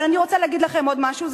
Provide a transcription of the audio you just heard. אבל אני רוצה להגיד לכם עוד משהו,